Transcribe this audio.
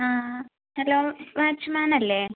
ആ ആ hello watchman അല്ലേ